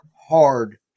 hard